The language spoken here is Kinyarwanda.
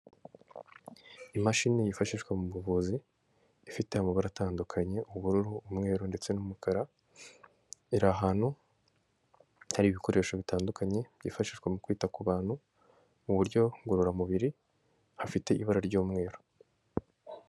Imashini yifashishwa mu buvuzi ifite amabara atandukanye ubururu ,umweru ndetse n'umukara iri hantu hari ibikoresho bitandukanye byifashishwa mu kwita ku bantu mu buryo ngororamubiri hafite ibara ry'umweru.